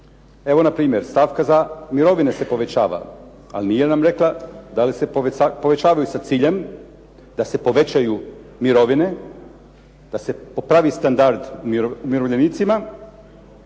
Evo npr. stavka za mirovine se povećava, ali nije nam rekla da li se povećavaju sa ciljem da se povećaju mirovine, da se popravi standard umirovljenicima